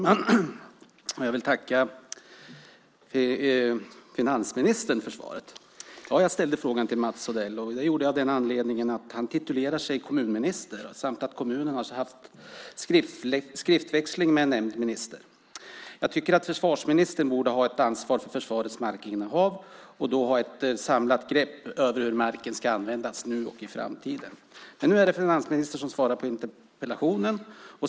Herr talman! Jag vill tacka finansministern för svaret. Jag ställde frågan till Mats Odell, och det gjorde jag av den anledningen att han titulerar sig kommunminister samt att kommunen har haft skriftväxling med nämnd minister. Jag tycker att försvarsministern borde ha ett ansvar för försvarets markinnehav och därmed ha ett samlat grepp över hur marken ska användas nu och i framtiden. Men nu är det finansministern som svarar på interpellationen.